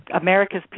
America's